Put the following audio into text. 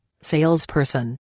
salesperson